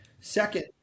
Second